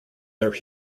their